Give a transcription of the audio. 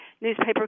newspaper